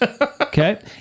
Okay